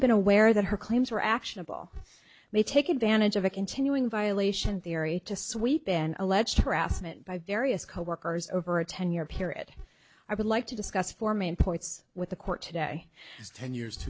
been aware that her claims were actionable may take advantage of a continuing violation theory to sweepin alleged harassment by various coworkers over a ten year period i would like to discuss four main points with the court today is ten years